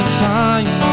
time